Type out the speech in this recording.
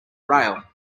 rail